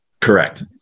Correct